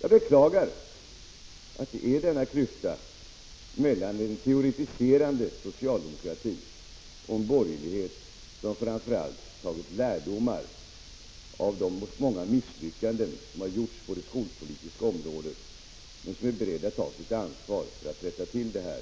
Jag beklagar att det är denna klyfta mellan en teoretiserande socialdemokrati och en borgerlighet som framför allt tagit — Prot. 1985/86:49 lärdomar av de många misslyckanden som har gjorts på det skolpolitiska — 11 december 1985 området men som är beredd att ta sitt ansvar och rätta till detta,